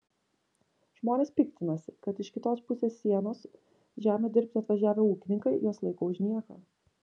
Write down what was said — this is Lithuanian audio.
žmonės piktinasi kad iš kitos pusės sienos žemių dirbti atvažiavę ūkininkai juos laiko už nieką